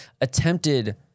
attempted